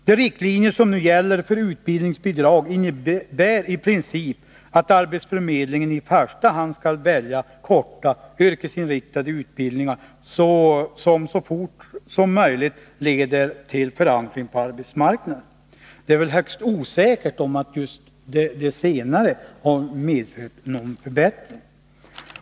De riktlinjer som nu gäller för utbildningsbidrag innebär i princip att 51 arbetsförmedlingen i första hand skall välja korta, yrkesinriktade utbildningar som så fort som möjligt leder till förankring på arbetsmarknaden. Det är väl högst osäkert om just det senare har medfört någon förbättring.